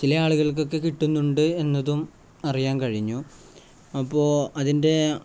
ചിലയാളുകൾക്കൊക്കെ കിട്ടുന്നുണ്ടെന്നതും അറിയാൻ കഴിഞ്ഞു അപ്പോള് അതിൻ്റെ